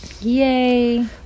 yay